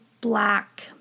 black